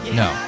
no